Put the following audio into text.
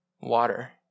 Water